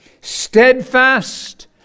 steadfast